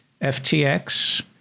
FTX